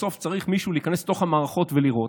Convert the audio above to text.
בסוף מישהו צריך להיכנס לתוך המערכות ולראות.